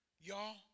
Y'all